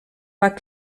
pas